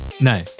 No